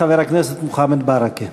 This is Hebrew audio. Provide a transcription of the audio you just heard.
חבר הכנסת מוחמד ברכה.